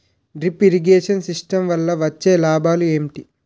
Drip irrigation system వల్ల వచ్చే లాభాలు ఏంటి?